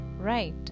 Right